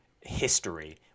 History